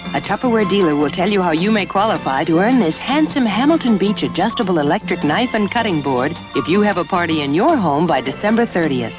a tupperware dealer will tell you how you may qualify to earn this handsome hamilton beach adjustable electric knife and cutting board if you have a party in your home by december thirty. and